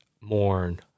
mourn